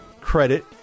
credit